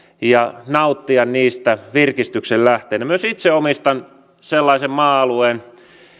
ja nauttia niistä virkistyksen lähteenä myös itse omistan sellaisen maa alueen